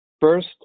First